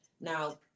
Now